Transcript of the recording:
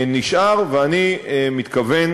נשאר, אני מתכוון